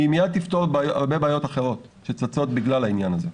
היא מיד תפתור הרבה בעיות אחרות שצצות בגלל העניין הזה.